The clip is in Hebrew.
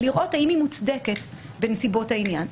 לראות האם היא מוצדקת בנסיבות העניין.